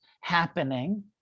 happening